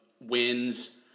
wins